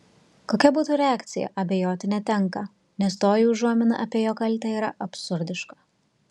kokia būtų reakcija abejoti netenka nes toji užuomina apie jo kaltę yra absurdiška